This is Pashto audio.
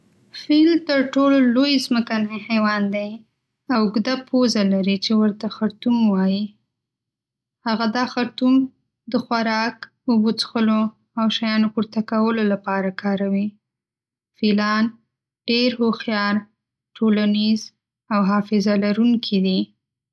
فیل تر ټولو لوی ځمکنی حیوان دی، او اوږده پوزه لري چې ورته خرطوم وايي. هغه دا خرطوم د خوراک، اوبو څښلو، او شیانو پورته کولو لپاره کاروي. فیلان ډېر هوښیار، ټولنیز او حافظه‌لرونکي دي.